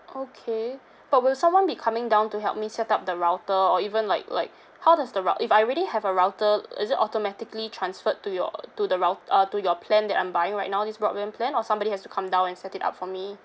okay but will someone be coming down to help me set up the router or even like like how does the rout~ if I already have a router is it automatically transferred to your to the rout~ uh to your plan that I'm buying right now this broadband plan or somebody has to come down and set it up for me